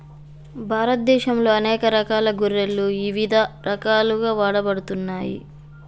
భారతదేశంలో అనేక రకాల గొర్రెలు ఇవిధ రకాలుగా వాడబడుతున్నాయి